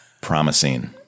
promising